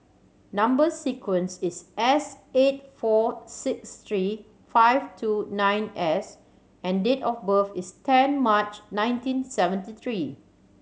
number sequence is S eight four six three five two nine S and date of birth is ten March nineteen seventy three